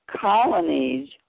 colonies